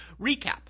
recap